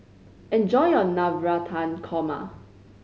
enjoy your Navratan Korma